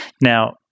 Now